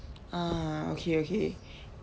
ah okay okay